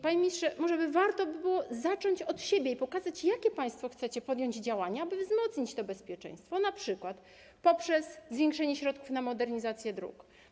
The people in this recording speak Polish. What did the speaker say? Panie ministrze, może warto byłoby zacząć od siebie i pokazać, jakie państwo chcecie podjąć działania, aby wzmocnić to bezpieczeństwo, np. poprzez zwiększenie środków na modernizację dróg.